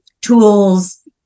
tools